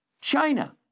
China